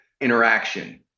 interaction